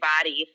body